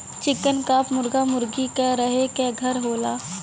चिकन coop मुरगा मुरगी क रहे क घर होला